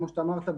כמו שאמרת,